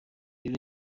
rero